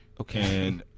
Okay